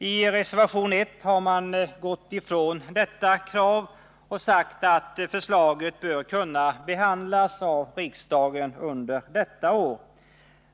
I reservation 1 har man gått ifrån detta krav och säger nu att förslaget bör behandlas av riksdagen under detta år.